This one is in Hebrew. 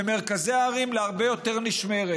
במרכזי הערים, להרבה יותר נשמרת.